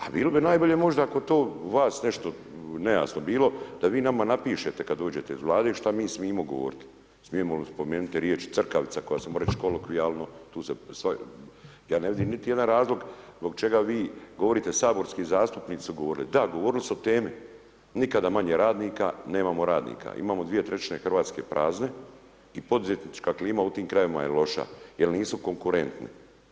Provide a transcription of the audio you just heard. A bilo bi najbolje možda ako to vas nešto nejasno bilo, da vi nama napišete kad dođete iz Vlade, što mi smijemo govoriti, smijemo li spomenuti riječ crkavica koja se ... kolokvijalno, tu se, ja ne vidim niti jedan razlog zbog čega vi govorite, saborski zastupnici su govorili, da, govorili su o temi, nikada manje radnika, nemamo radnika, imamo 2/3 Hrvatske prazne i poduzetnička klima u tim krajevima je loša, jer nisu konkurentni.